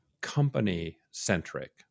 company-centric